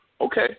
Okay